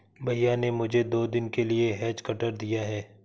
भैया ने मुझे दो दिन के लिए हेज कटर दिया है